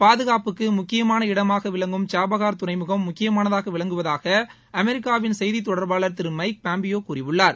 பாதுகாப்புக்கு முக்கியமான இடமாக விளங்கும் சபஹார் துறைமுகம் முக்கியமானதாக விளங்குவதாக அமெரிக்காவின் செய்தி தொடர்பாளர் திரு மைக் பாம்பியோ கூறியுள்ளார்